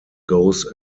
goes